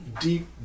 deep